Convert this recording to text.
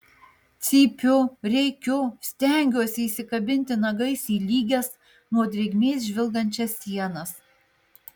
cypiu rėkiu stengiuosi įsikabinti nagais į lygias nuo drėgmės žvilgančias sienas